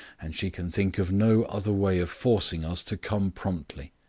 and she can think of no other way of forcing us to come promptly.